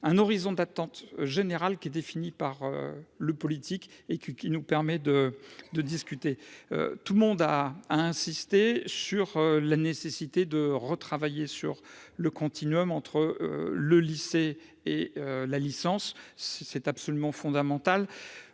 un horizon d'attente générale qui est défini par le politique et qui, qui nous permet de, de discuter, tout le monde a insisté sur la nécessité de retravailler sur le continuum entre le lycée et la licence, c'est absolument fondamental,